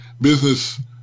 business